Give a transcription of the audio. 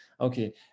okay